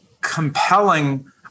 compelling